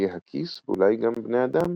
אריה הכיס ואולי גם בני אדם